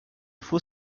faux